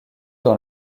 dans